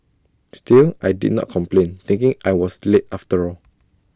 still I did not complain thinking I was late after all